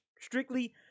strictly